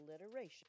alliteration